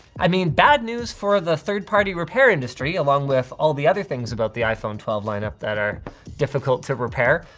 i mean, bad news for the third-party repair industry along with all the other things about the iphone twelve lineup that are difficult to repair,